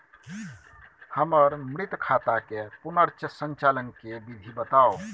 हमर मृत खाता के पुनर संचालन के विधी बताउ?